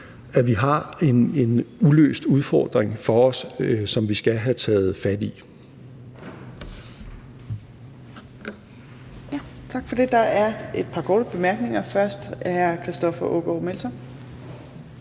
at vi har en uløst udfordring foran os, som vi skal tage fat i.